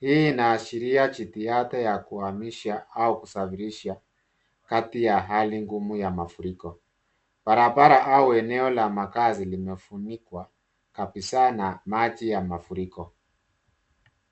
Hii inaashiria jitihada ya kuhamisha au kusafirisha kati ya hali ngumu ya mafuriko. Barabara au eneo la makazi limefunikwa kabisaa na maji ya mafuriko.